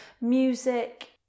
music